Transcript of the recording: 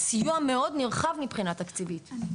סיוע מאוד נרחב מבחינה תקציבית,